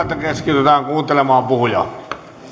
että keskitytään kuuntelemaan puhujaa